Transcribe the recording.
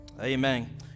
Amen